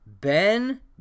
Ben